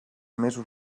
mesos